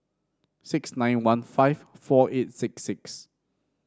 six nine one five four eight six six